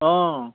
অঁ